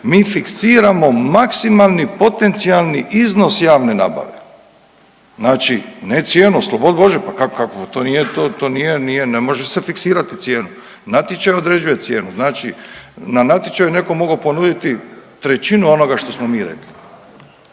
mi fiksiramo maksimalni potencijalni iznos javne nabave, znači ne cijenu, oslobodi Bože, pa kako, kako, pa to nije, to, to nije, nije, ne može se fiksirati cijenu, natječaj određuje cijenu, znači na natječaju je neko mogao ponuditi trećinu onoga što smo mi rekli.